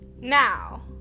Now